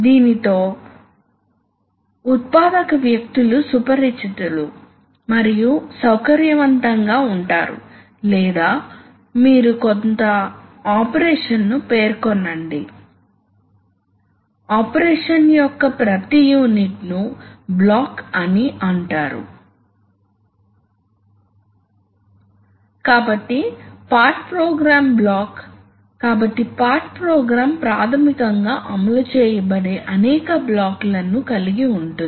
మనము వివిధ రకాల వాల్వ్స్ చూశాము మరియు అవి ఎలా పనిచేస్తాయో చూశాము అవి ఒకదానితో ఒకటి అనుసంధానించబడతాయని అధునాతన యాక్చుయేషన్స్ కోసం ముఖ్యంగా నిరంతర కదలికల కోసం అవి మైక్రోప్రాసెసర్ల వంటి వాటి ద్వారా కూడా నడపబడతాయి ఇప్పుడు మైక్రోప్రాసెసర్లు లాజిక్ ను అందించగలవు కొన్నిసార్లు సాధారణ లాజిక్ ను న్యూమాటిక్ ఎలిమెంట్స్ ద్వారా కూడా అందించవచ్చు